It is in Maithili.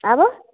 आरो